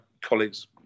colleagues